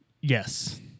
yes